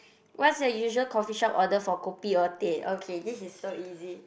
what's your usual coffee shop order for kopi or teh okay this is so easy